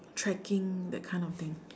tracking that kind of thing